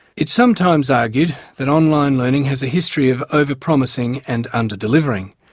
it's sometimes argued that online learning has a history of over-promising and under-delivering,